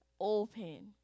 open